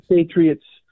Patriots